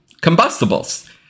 combustibles